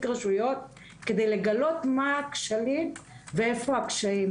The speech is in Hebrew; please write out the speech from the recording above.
רשויות כדי לגלות מה הכשלים ואיפה הקשיים.